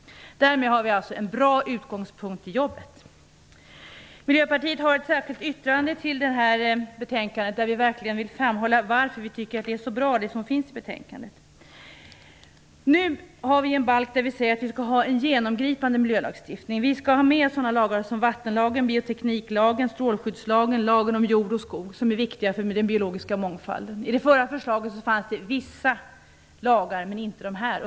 Därmed har vi alltså en bra utgångspunkt i jobbet. Miljöpartiet har fogat ett särskilt yttrande till betänkandet där vi utvecklar varför vi tycker att det som står i betänkandet är så bra. Utskottet säger att vi skall ha en genomgripande miljölagstiftning i denna balk. Vi skall ha med sådana lagar som vattenlagen, biotekniklagen, strålskyddslagen, lagen om jord och skog, som är viktiga för den biologiska mångfalden. I det förra förslaget fanns vissa lagar med men inte dessa.